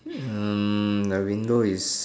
hmm the window is